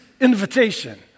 invitation